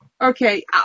Okay